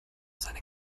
seine